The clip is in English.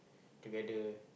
together